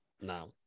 now